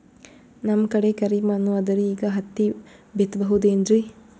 ನಮ್ ಕಡೆ ಕರಿ ಮಣ್ಣು ಅದರಿ, ಈಗ ಹತ್ತಿ ಬಿತ್ತಬಹುದು ಏನ್ರೀ?